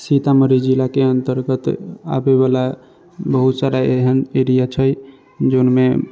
सीतामढ़ी जिलाके अन्तर्गत आबै बला बहुत सारा एहन एरिया छै जाहिमे